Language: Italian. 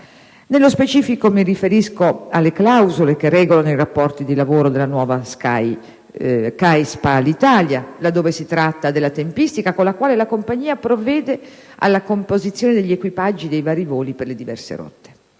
Nello specifico mi riferisco alle clausole che regolano i rapporti di lavoro della nuova Alitalia-CAI S.p.A., laddove si tratta della tempistica con la quale la compagnia provvede alla composizione degli equipaggi dei vari voli per le diverse rotte.